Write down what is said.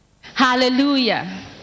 hallelujah